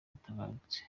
yatabarutse